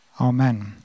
Amen